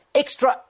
extra